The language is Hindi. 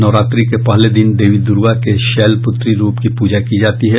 नवरात्रि के पहले दिन देवी दुर्गा के शैलपुत्री रूप की पूजा की जाती है